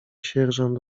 sierżant